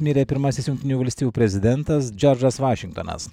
mirė pirmasis jungtinių valstijų prezidentas džordžas vašingtonas